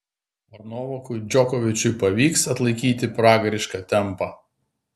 ar novakui džokovičiui pavyks atlaikyti pragarišką tempą